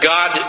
God